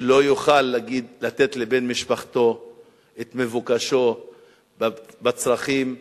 שלא יוכל לתת לבן משפחתו את מבוקשו בצרכים הבסיסיים.